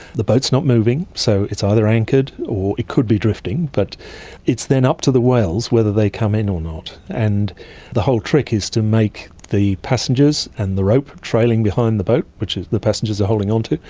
the boat's not moving, so it's either anchored or it could be drifting, but it's then up to the whales whether they come in or not. and the whole trick is to make the passengers and the rope trailing behind the boat, which is the passengers are holding onto,